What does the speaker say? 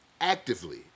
Actively